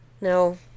No